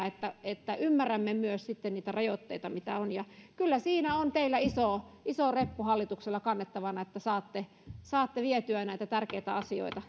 että että ymmärrämme myös niitä rajoitteita mitä on kyllä siinä on teillä iso iso reppu hallituksella kannettavana että saatte saatte vietyä näitä tärkeitä asioita